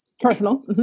Personal